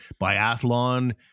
biathlon